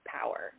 power